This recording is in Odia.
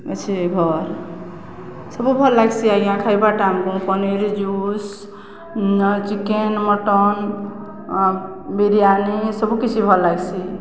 ଅଛି ଘର ସବୁ ଭଲ୍ ଲାଗ୍ସି ଆଜ୍ଞା ଖାଇବା ଟମ୍କୁ paneer juice chicken mutton biryani ସବୁ କିଛି ଭଲ୍ ଲାଗ୍ସି